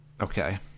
Okay